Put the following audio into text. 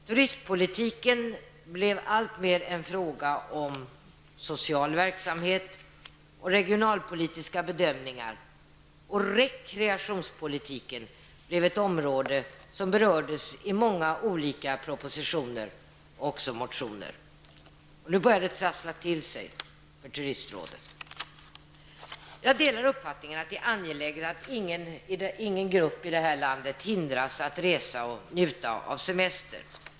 Turistpolitiken blev alltmer en fråga om social verksamhet och regionalpolitiska bedömningar, och rekreationspolitiken blev ett område som berördes i många olika propositioner och motioner. Nu började det trassla till sig för turistrådet. Jag delar uppfattningen att det är angeläget att ingen grupp i landet hindras att resa och njuta av semestern.